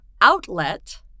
outlet